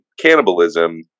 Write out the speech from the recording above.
cannibalism